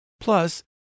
plus